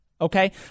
Okay